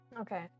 Okay